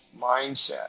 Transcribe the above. mindset